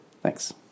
Thanks